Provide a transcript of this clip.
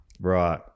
right